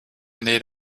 need